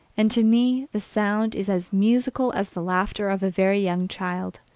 and to me the sound is as musical as the laughter of a very young child.